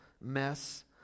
mess